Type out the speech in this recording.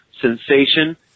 sensation